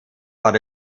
but